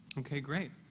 okay, great.